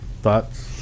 thoughts